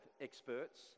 experts